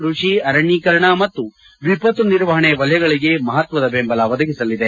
ಕೃಷಿ ಅರಣ್ಯೇಕರಣ ಮತ್ತು ವಿಪತ್ತು ನಿರ್ವಹಣೆ ವಲಯಗಳಿಗೆ ಮಹತ್ವದ ಬೆಂಬಲ ಒದಗಿಸಲಿದೆ